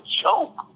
joke